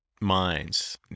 minds